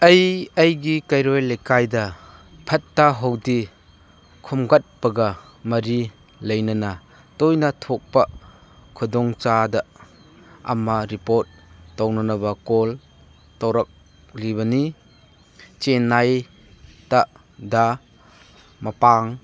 ꯑꯩ ꯑꯩꯒꯤ ꯀꯩꯔꯣꯜ ꯂꯩꯀꯥꯏꯗ ꯐꯠꯇ ꯍꯥꯎꯊꯤ ꯈꯣꯝꯒꯠꯄꯒ ꯃꯔꯤ ꯂꯩꯅꯅ ꯇꯣꯏꯅ ꯊꯣꯛꯄ ꯈꯨꯗꯣꯡ ꯆꯥꯗꯕ ꯑꯃ ꯔꯤꯄꯣꯔꯠ ꯇꯧꯅꯅꯕ ꯀꯣꯜ ꯇꯧꯔꯛꯂꯤꯕꯅꯤ ꯆꯦꯅꯥꯏꯇ ꯗ ꯃꯄꯪ